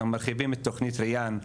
ומרחיבים את תוכניות ריאן.